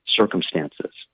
circumstances